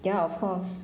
ya of course